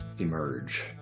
emerge